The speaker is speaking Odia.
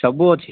ସବୁ ଅଛି